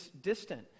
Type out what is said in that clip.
distant